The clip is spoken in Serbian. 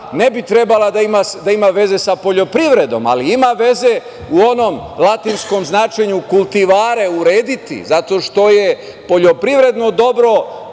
ne bi trebalo da ima veze sa poljoprivredom, ali ima veze u onom latinskom značenju kultivare – urediti, zato što poljoprivredno dobro